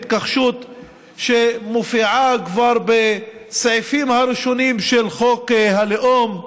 התכחשות שמופיעה כבר בסעיפים הראשונים של חוק הלאום,